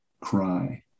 cry